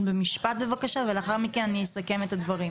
במשפט בבקשה ולאחר מכן אני אסכם את הדברים,